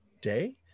day